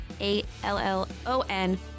A-L-L-O-N